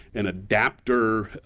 an adapter,